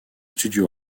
studio